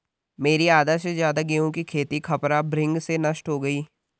मेरी आधा से ज्यादा गेहूं की खेती खपरा भृंग से नष्ट हो गई